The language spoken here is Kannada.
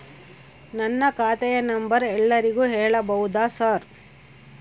ನನ್ನ ಖಾತೆಯ ನಂಬರ್ ಎಲ್ಲರಿಗೂ ಹೇಳಬಹುದಾ ಸರ್?